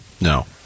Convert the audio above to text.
No